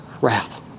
wrath